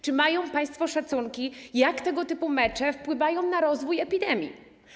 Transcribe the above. Czy mają państwo szacunki, jak tego typu mecze wpływają na rozwój epidemii?